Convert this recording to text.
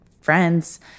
friends